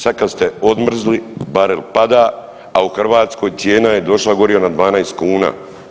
Sad kad ste odmrzli barem pada, a u Hrvatskoj cijena je došla goriva na 12 kuna.